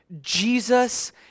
Jesus